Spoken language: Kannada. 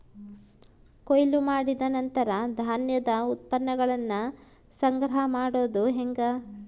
ಕೊಯ್ಲು ಮಾಡಿದ ನಂತರ ಧಾನ್ಯದ ಉತ್ಪನ್ನಗಳನ್ನ ಸಂಗ್ರಹ ಮಾಡೋದು ಹೆಂಗ?